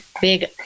big